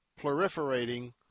proliferating